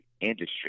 industry